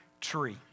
tree